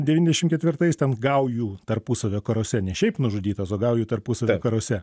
devyniasdešim ketvirtais ten gaujų tarpusavio karuose ne šiaip nužudytas o gaujų tarpusavio karuose